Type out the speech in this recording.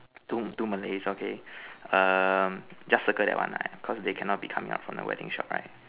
two two Malays okay um just circle that one lah because they cannot be coming up from the wedding shop right